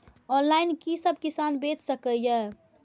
Online कि सब किसान बैच सके ये?